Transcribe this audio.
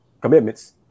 commitments